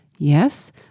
Yes